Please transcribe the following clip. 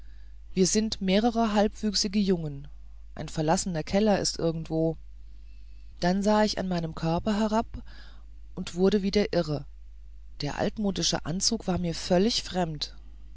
wir sind mehrere halbwüchsige jungen ein verlassener keller ist irgendwo dann sah ich an meinem körper herab und wurde wieder irre der altmodische anzug war mir völlig fremd